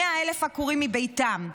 100,000 עקורים מביתם,